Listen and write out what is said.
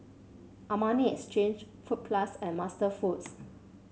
Armani Exchange Fruit Plus and MasterFoods